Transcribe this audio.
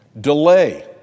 delay